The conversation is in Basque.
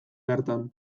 bertan